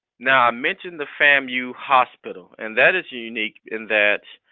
now i mentioned the famu hospital and that is unique in that,